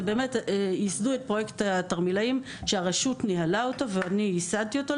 וייסדו את פרויקט התרמילאים שהרשות ניהלה אותו ואני ייסדתי אותו,